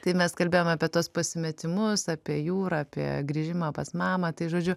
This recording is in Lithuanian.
tai mes kalbėjom apie tuos pasimetimus apie jūrą apie grįžimą pas mamą tai žodžiu